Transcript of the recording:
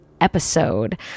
episode